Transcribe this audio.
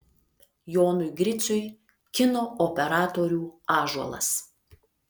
jonui griciui kino operatorių ąžuolas